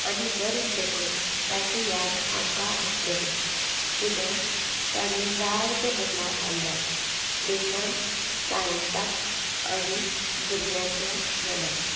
आनी मरून देखून ताची याद आमकां आसतली कित्या ताणें जायते बदलाव हाडल्यात देशांत सायन्साक आनी भुरग्याच्या मनाक